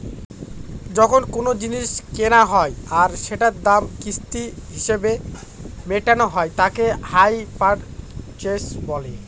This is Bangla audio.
যখন কোনো জিনিস কেনা হয় আর সেটার দাম কিস্তি হিসেবে মেটানো হয় তাকে হাই পারচেস বলে